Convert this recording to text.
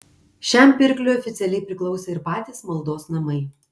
šiam pirkliui oficialiai priklausė ir patys maldos namai